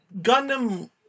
Gundam